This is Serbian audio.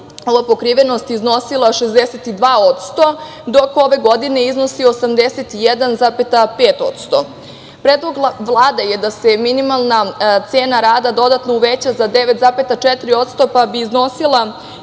ova pokrivenost iznosila 62%, dok ove godine iznosi 81,5%. Predlog Vlade je da se minimalna cena rada dodatno uveća 9,4% pa bi iznosila